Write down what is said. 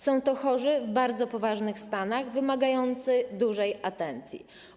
Są to chorzy w bardzo poważnych stanach, wymagający dużej atencji.